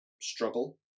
struggle